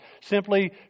Simply